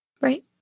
Right